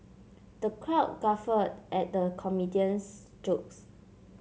the crowd guffawed at the comedian's jokes